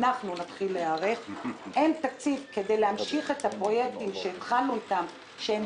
לא יהיה תקציב כדי להמשיך את הפרויקטים שהתחלנו איתם